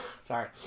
sorry